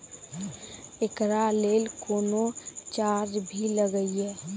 एकरा लेल कुनो चार्ज भी लागैये?